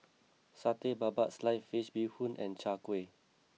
Satay Babat Sliced Fish Bee Hoon Soup and Chai Kueh